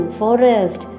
forest